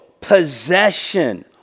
possession